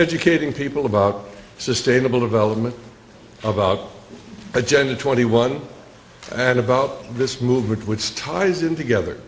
educating people about sustainable development about agenda twenty one and about this movement which sties in together